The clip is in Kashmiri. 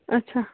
اَچھا